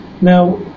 Now